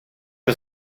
het